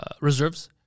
reserves